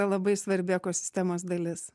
labai svarbi ekosistemos dalis